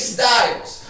Styles